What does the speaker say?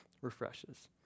refreshes